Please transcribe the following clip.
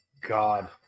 God